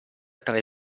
tre